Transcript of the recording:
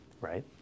right